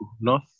north